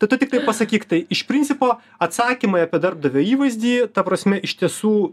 tai tu tiktai pasakyk tai iš principo atsakymai apie darbdavio įvaizdį ta prasme iš tiesų